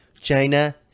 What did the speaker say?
china